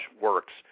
works